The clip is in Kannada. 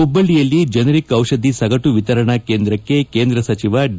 ಹುಬ್ಬಳ್ಳಿಯಲ್ಲಿ ಜೆನರಿಕ್ ಔಷಧಿ ಸಗಟು ವಿತರಣಾ ಕೇಂದ್ರಕ್ಕೆ ಕೇಂದ್ರ ಸಚಿವ ಡಿ